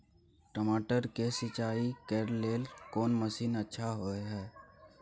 टमाटर के सिंचाई करे के लेल कोन मसीन अच्छा होय है